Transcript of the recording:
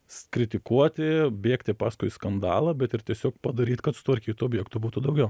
s kritikuoti bėgti paskui skandalą bet ir tiesiog padaryt kad sutvarkytų objektų būtų daugiau